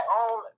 own